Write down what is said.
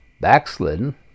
backslidden